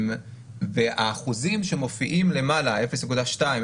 האחוזים שמופיעים למעלה 0.2%,